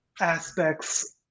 aspects